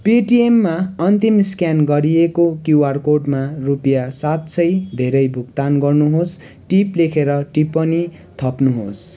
पेटिएममा अन्तिम स्क्यान गरिएको क्युआर कोडमा रुपियाँ सात सय धेरै भुक्तान गर्नुहोस् टिप लेखेर टिप्पणी थप्नुहोस्